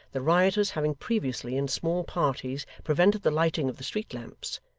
the rioters having previously, in small parties, prevented the lighting of the street lamps,